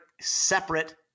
separate